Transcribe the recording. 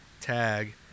Tag